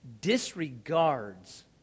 disregards